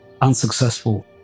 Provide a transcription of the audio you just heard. unsuccessful